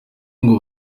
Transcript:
ngo